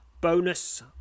Bonus